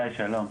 שלום.